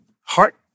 heart